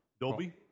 Dolby